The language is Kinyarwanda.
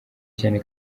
cyane